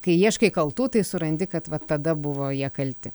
kai ieškai kaltų tai surandi kad vat tada buvo jie kalti